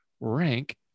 Rank